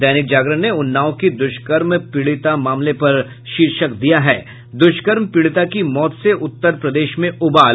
दैनिक जागरण ने उन्नाव की दुष्कर्म पीड़िता मामले पर शीर्षक दिया है दुष्कर्म पीड़िता की मौत से उत्तर प्रदेश में उबाल